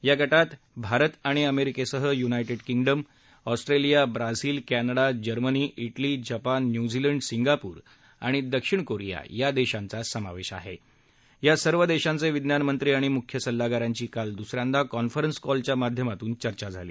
या गटात भारत आणि अमेरिकेसह United Kingdom Australia Brazil Canada Germany Italy Japan New Zealand Singapore आणि दक्षिण कोरिया या देशांचाही समावेश आहे या सर्व देशांचे विज्ञान मंत्री आणि मुख्य सल्लागारांची काल दुसऱ्यांदा कॉन्फरन्स कॉलच्या माध्यमातून चर्चा झाली